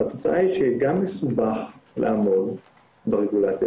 התוצאה היא שגם מסובך לעמוד ברגולציה